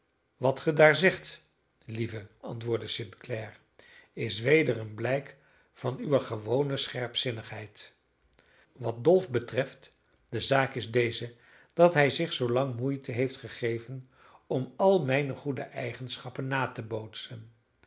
wat ge daar zegt lieve antwoordde st clare is weder een blijk van uwe gewone scherpzinnigheid wat dolf betreft de zaak is deze dat hij zich zoolang moeite heeft gegeven om al mijne goede eigenschappen na te bootsen